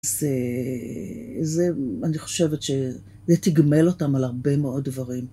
זה, זה, אני חושבת שזה תגמל אותם על הרבה מאוד דברים.